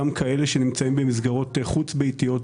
אני לא נכנס